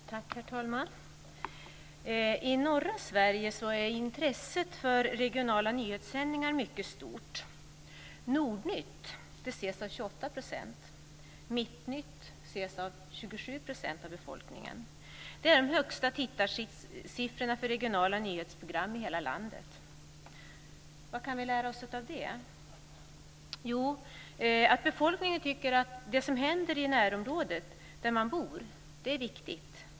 Herr talman! I norra Sverige är intresset för regionala nyhetssändningar mycket stort. Nordnytt ses av 28 %. Mittnytt ses av 27 % av befolkningen. Det är de högsta tittarsiffrorna för regionala nyhetsprogram i hela landet. Vad kan vi lära oss av det? Jo, att befolkningen tycker att det som händer i närområdet där man bor är viktigt.